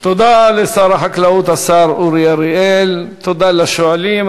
תודה לשר החקלאות השר אורי אריאל, תודה לשואלים.